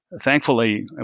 Thankfully